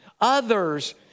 others